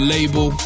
Label